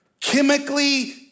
chemically